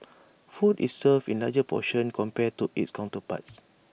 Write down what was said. food is served in larger portions compared to its counterparts